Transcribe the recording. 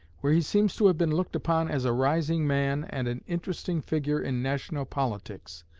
where he seems to have been looked upon as a rising man and an interesting figure in national politics.